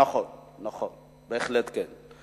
נכון, נכון, בהחלט כן.